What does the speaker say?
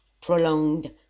prolonged